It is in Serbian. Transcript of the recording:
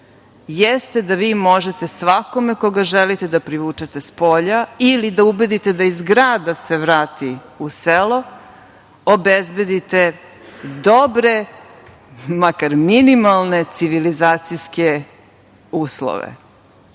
jeste da vi možete svakome koga želite da privučete spolja ili da ubedite da iz grada se vrati u selo, obezbedite dobre, makar minimalne civilizacijske uslove.